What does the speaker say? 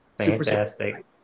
Fantastic